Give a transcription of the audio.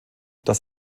das